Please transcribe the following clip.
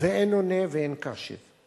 ואין עונה ואין קשב.